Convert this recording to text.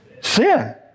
sin